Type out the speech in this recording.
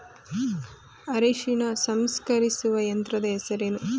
ಅರಿಶಿನ ಸಂಸ್ಕರಿಸುವ ಯಂತ್ರದ ಹೆಸರೇನು?